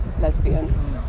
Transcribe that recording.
lesbian